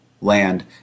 land